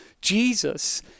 Jesus